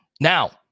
Now